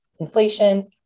inflation